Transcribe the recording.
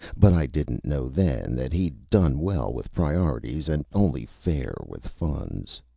but i didn't know then that he'd done well with priorities and only fair with funds.